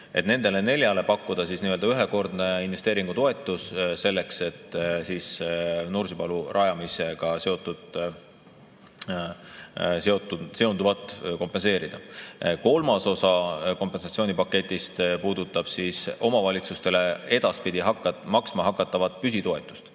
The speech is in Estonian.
nendele neljale pakkuda nii-öelda ühekordne investeeringutoetus selleks, et Nursipalu rajamisega seonduvat kompenseerida. Kolmas osa kompensatsioonipaketist puudutab omavalitsustele edaspidi maksma hakatavat püsitoetust